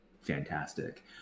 Fantastic